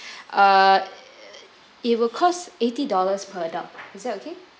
uh it will cost eighty dollars per adult is that okay